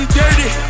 dirty